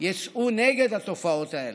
יצאו נגד התופעות האלה,